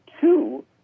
two